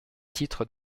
titre